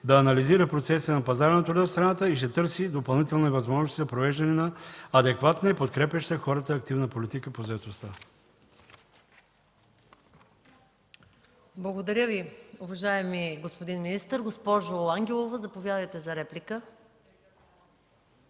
да анализира процесите на пазара на труда в страната и ще търси допълнителни възможности за провеждане на адекватна и подкрепяща хората активна политика по заетостта. ПРЕДСЕДАТЕЛ МАЯ МАНОЛОВА: Благодаря Ви, уважаеми господин министър. Госпожо Ангелова, заповядайте за реплика.